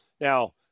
Now